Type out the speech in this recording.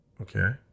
Okay